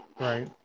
Right